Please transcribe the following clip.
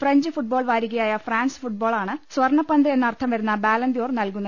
French football വാരികയായ France ഫുട്ബോളാണ് സ്വർണപ്പന്ത് എന്ന് അർത്ഥം വരുന്ന ബാലൺദ്യോർ നൽകുന്നത്